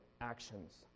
actions